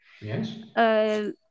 Yes